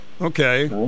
Okay